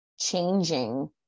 changing